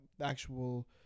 Actual